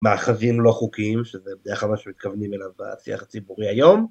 מאחזים לא חוקיים, שזה בדרך כלל מה שמתכוונים אליו בשיח הציבורי היום.